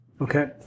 Okay